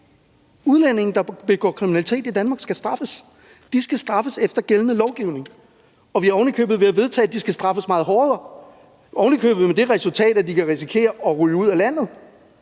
Udlændinge, der begår kriminalitet i Danmark, skal straffes. De skal straffes efter gældende lovgivning, og vi er ovenikøbet ved at vedtage, at de skal straffes meget hårdere, ovenikøbet med det resultat, at de kan risikere at ryge ud af landet.